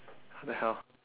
what the hell